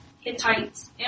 Hittites